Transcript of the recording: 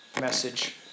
message